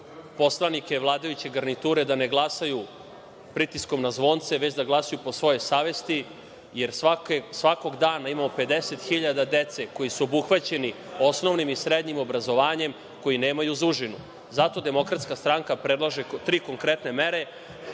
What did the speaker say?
poslanike vladajuće garniture da ne glasaju pritiskom na zvonce, već da glasaju po svojoj savesti, jer svakog dana imamo 50.000 dece koji su obuhvaćeni osnovnim i srednjim obrazovanjem koji nemaju za užinu. Zato DS predlaže tri konkretne mere